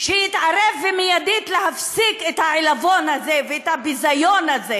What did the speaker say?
שיתערב מייד להפסיק את העלבון הזה ואת הביזיון הזה